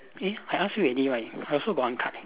eh I ask you already right I also got one card